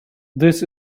this